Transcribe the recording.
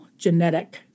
Genetic